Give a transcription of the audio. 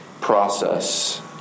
process